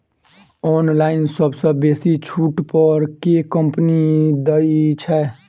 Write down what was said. Online सबसँ बेसी छुट पर केँ कंपनी दइ छै?